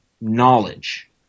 knowledge